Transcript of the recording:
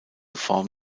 form